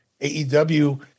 AEW